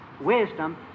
Wisdom